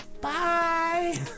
Bye